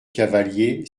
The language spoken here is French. cavalier